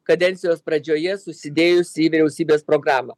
kadencijos pradžioje susidėjusi į vyriausybės programą